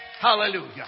Hallelujah